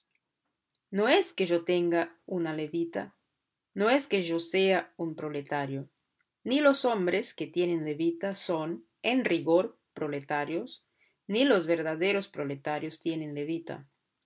no es que yo tenga una levita no es que yo sea un proletario ni los hombres que tienen levita son en rigor proletarios ni los verdaderos proletarios tienen levita